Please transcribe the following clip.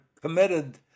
committed